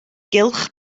gylch